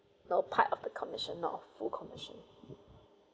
lower part of the commission of full commission